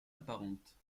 apparentes